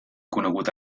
conegut